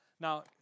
Now